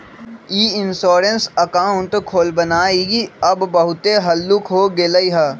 ई insurance account खोलबनाइ अब बहुते हल्लुक हो गेलइ ह